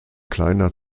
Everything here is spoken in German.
kleiner